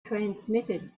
transmitted